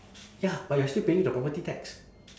ya but you are still paying the property tax